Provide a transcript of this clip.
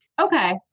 Okay